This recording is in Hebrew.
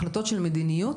החלטות של מדיניות